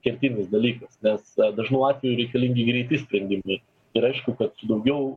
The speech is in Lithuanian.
kertinis dalykas nes dažnu atveju reikalingi greiti sprendimai ir aišku kad daugiau